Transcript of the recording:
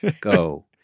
go